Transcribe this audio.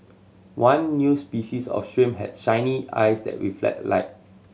one new species of shrimp had shiny eyes that reflect light